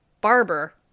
Barber